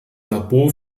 labor